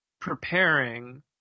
preparing